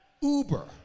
Uber